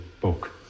book